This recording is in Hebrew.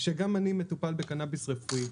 שגם אני מטופל בקנביס רפואי.